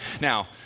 Now